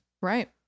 right